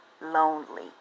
Lonely